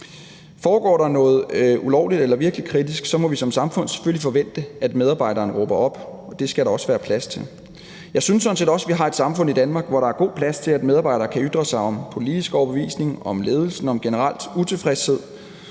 Foregår der noget ulovligt eller virkelig kritisk, må vi som samfund selvfølgelig forvente, at medarbejderen råber op, og det skal der også være plads til. Jeg synes sådan set også, at vi i Danmark har et samfund, hvor der er god plads til, at medarbejdere kan ytre sig om politisk overbevisning, om ledelsen, om generel utilfredshed.